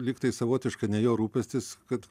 lyg tai savotiškai ne jo rūpestis kad